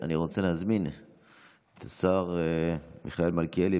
אני רוצה להזמין את השר מיכאל מלכיאלי,